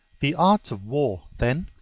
the art of war, then,